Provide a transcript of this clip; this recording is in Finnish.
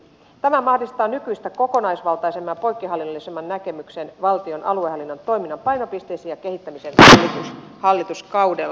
tämä mahdollistaa nykyistä kokonaisvaltaisemman ja poikkihallinnollisemman näkemyksen valtion aluehallinnon toiminnan painopisteisiin ja kehittämiseen hallituskaudella